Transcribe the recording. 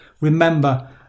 remember